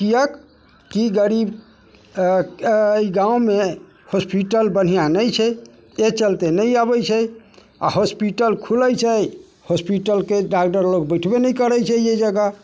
कियाकि गरीबी अइ गाममे हॉस्पिटल बढ़िआँ नहि छै एहि चलिते नहि अबै छै आओर हॉस्पिटल खुलै छै हॉस्पिटलके डॉक्टर लोक बैठबे नहि करै छै एहि जगह